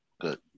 good